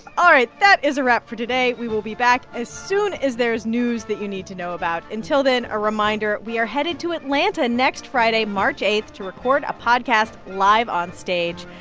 all right. that is a wrap for today. we will be back as soon as there's news that you need to know about. until then, a reminder we are headed to atlanta next friday, march eight to record a podcast live onstage.